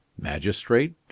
Magistrate